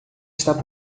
está